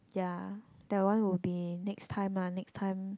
ya that one will be next time ah next time